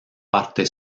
parte